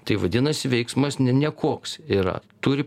tai vadinasi veiksmas nekoks iyra turi